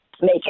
make